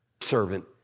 servant